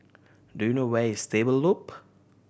do you know where is Stable Loop